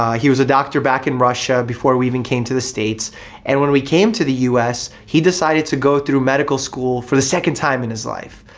ah he was a doctor back in russia before we even came to the states and when we came to the u s, he decided to go through medical school for the second time in his life.